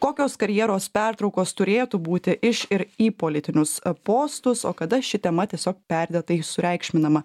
kokios karjeros pertraukos turėtų būti iš ir į politinius postus o kada ši tema tiesiog perdėtai sureikšminama